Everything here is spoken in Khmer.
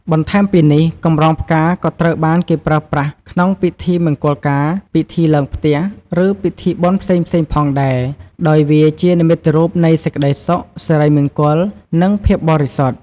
បន្ថែមពីនេះ កម្រងផ្កាក៏ត្រូវបានគេប្រើប្រាស់ក្នុងពិធីមង្គលការ ពិធីឡើងផ្ទះ ឬពិធីបុណ្យផ្សេងៗផងដែរ ដោយវាជានិមិត្តរូបនៃសេចក្ដីសុខ សិរីមង្គល និងភាពបរិសុទ្ធ។